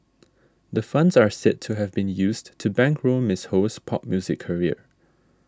the funds are said to have been used to bankroll Miss Ho's pop music career